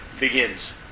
begins